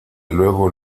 luego